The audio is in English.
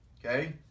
Okay